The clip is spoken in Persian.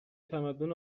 تمدن